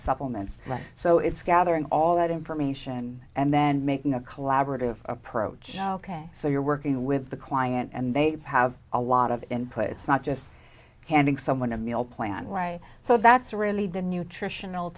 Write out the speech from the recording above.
supplements so it's gathering all that information and then making a collaborative approach ok so you're working with the client and they have a lot of input it's not just handing someone a meal plan right so that's really the nutritional